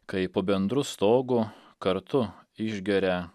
kai po bendru stogu kartu išgeria